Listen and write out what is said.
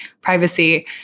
privacy